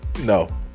No